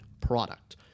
product